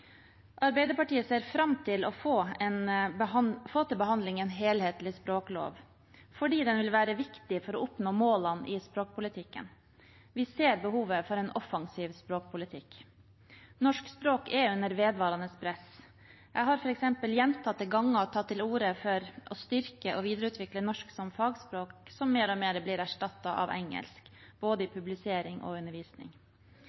Arbeiderpartiet ser fram til å få en helhetlig språklov til behandling, fordi den vil være viktig for å oppnå målene i språkpolitikken. Vi ser behovet for en offensiv språkpolitikk. Norsk språk er under vedvarende press. Jeg har f.eks. gjentatte ganger tatt til orde for å styrke og videreutvikle norsk som fagspråk, som mer og mer erstattes av engelsk, både i